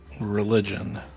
Religion